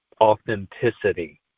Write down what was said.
authenticity